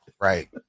right